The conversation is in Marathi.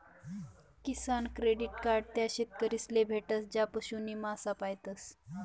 किसान क्रेडिट कार्ड त्या शेतकरीस ले भेटस ज्या पशु नी मासा पायतस